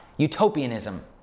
Utopianism